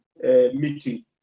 meeting